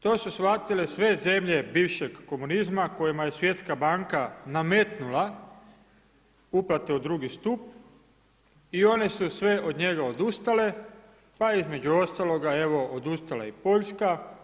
To su shvatile sve zemlje bivšeg komunizma kojima je svjetska banka nametnula uplate u drugi stup i one su sve od njega odustale pa između ostaloga odustala i Poljska.